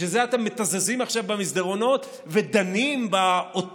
בשביל זה אתה מתזזים עכשיו במסדרונות ודנים באות